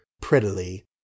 prettily